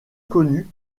connue